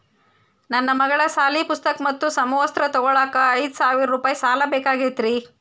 ನನ್ನ ಮಗಳ ಸಾಲಿ ಪುಸ್ತಕ್ ಮತ್ತ ಸಮವಸ್ತ್ರ ತೊಗೋಳಾಕ್ ಐದು ಸಾವಿರ ರೂಪಾಯಿ ಸಾಲ ಬೇಕಾಗೈತ್ರಿ